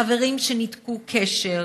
חברים שניתקו קשר,